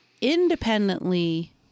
independently